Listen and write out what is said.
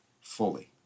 fully